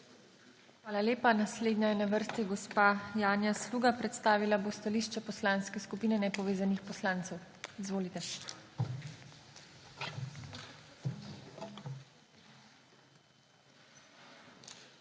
Hvala lepa. Naslednja je na vrsti gospa Janja Sluga. Predstavila bo stališče Poslanske skupine nepovezanih poslancev. Izvolite. JANJA SLUGA